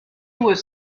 was